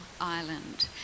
island